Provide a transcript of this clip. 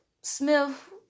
Smith